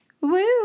Woo